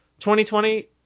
2020